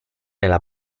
nella